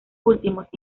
últimos